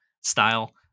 style